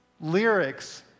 lyrics